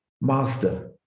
master